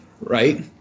right